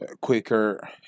quicker